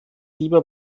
lieber